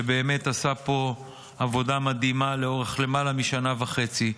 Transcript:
שבאמת עשה פה עבודה מדהימה לאורך למעלה משנה וחצי,